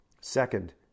second